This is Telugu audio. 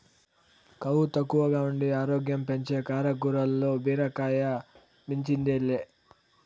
కొవ్వు తక్కువగా ఉండి ఆరోగ్యం పెంచే కాయగూరల్ల బీరకాయ మించింది లే